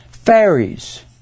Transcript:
Fairies